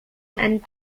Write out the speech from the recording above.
and